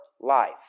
Life